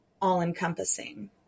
all-encompassing